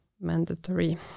mandatory